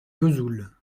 vesoul